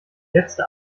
letzte